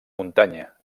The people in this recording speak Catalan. muntanya